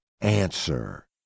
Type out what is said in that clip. answer